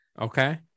Okay